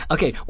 Okay